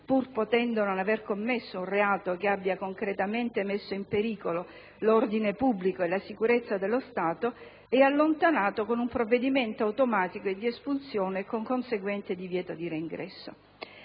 pur potendo non aver commesso un reato che abbia concretamente messo in pericolo l'ordine pubblico e la sicurezza dello Stato, è allontanato con un provvedimento automatico e di espulsione e con conseguente divieto di reingresso.